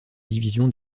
division